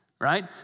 right